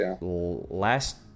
last